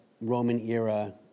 Roman-era